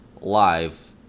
Live